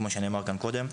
כמו שנאמר כאן קודם.